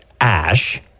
Ash